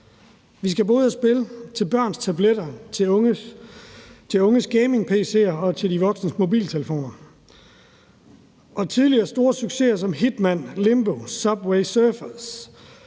Vi skal både have spil til børns tabletter, til unges gamingpc'er og til de voksnes mobiltelefoner. Vi har tidligere store successer som Hitman, Limbo, Subway Surfers,